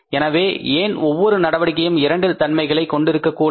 எனவே ஏன் ஒவ்வொரு நடவடிக்கையும் இரண்டு தன்மைகளை கொண்டிருக்கக் கூடாது